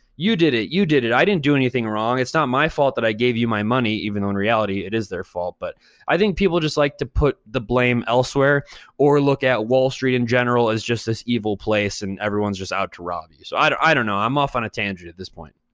you did it, you did it. i didn't do anything wrong. it's not my fault that i gave you my money, even though in reality it is their fault. but i think people just like to put the blame elsewhere or look at wall street in general as just this evil place and everyone's just out to rob you. so i don't i don't know, i'm off on a tangent at this point.